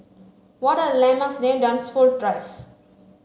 what are the landmarks near Dunsfold Drive